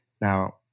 now